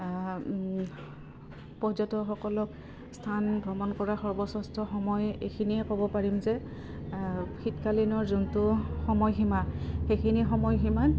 পৰ্যটকসকলক স্থান ভ্ৰমণ কৰা সৰ্বশ্ৰেষ্ঠ সময় এইখিনিয়ে ক'ব পাৰিম যে শীতকালীনৰ যোনটো সময়সীমা সেইখিনি সময়সীমাত